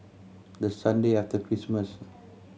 the Sunday after Christmas